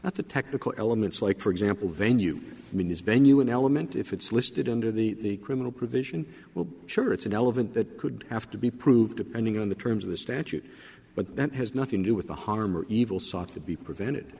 at the technical elements like for example venue means venue an element if it's listed under the criminal provision will be sure it's an element that could have to be proved depending on the terms of the statute but that has nothing do with the harm or evil sought to be prevented